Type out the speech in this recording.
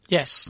Yes